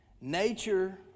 Nature